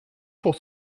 pour